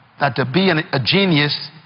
that to be and a genius,